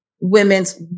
Women's